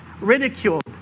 ridiculed